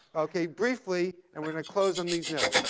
ok, briefly. and we're going to close on these note.